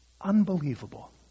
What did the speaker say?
Unbelievable